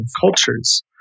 cultures